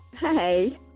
Hey